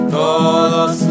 todos